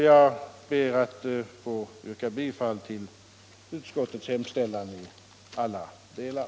Jag ber att få yrka bifall till utskottets hemställan i alla delar.